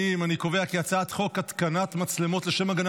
להעביר את הצעת חוק התקנת מצלמות לשם הגנה